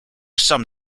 some